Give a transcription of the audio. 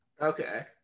okay